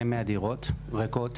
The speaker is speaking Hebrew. כ-100 דירות ריקות.